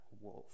wolf